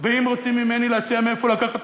ואם רוצים ממני להציע מאיפה לקחת,